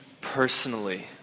personally